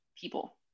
people